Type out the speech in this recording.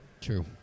True